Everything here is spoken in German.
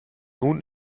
nun